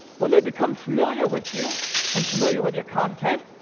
when they become familiar with you and familiar with your content,